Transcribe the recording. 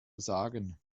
sagen